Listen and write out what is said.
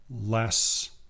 less